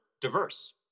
diverse